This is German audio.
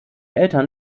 eltern